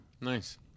Nice